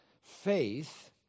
Faith